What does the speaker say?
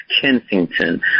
Kensington